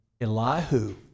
Elihu